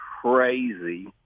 crazy